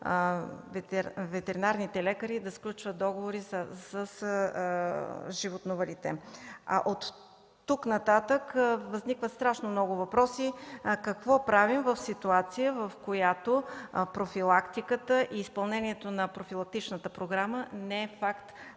ветеринарните лекари да сключват договори с животновъдите. От тук нататък възникват страшно много въпроси: какво правим в ситуация, в която профилактиката и изпълнението на профилактичната програма не е факт